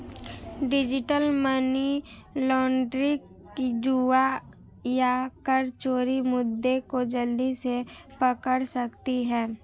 digital money laundering, जुआ या कर चोरी मुद्दे को जल्दी से पकड़ सकती है